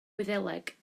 wyddeleg